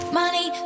money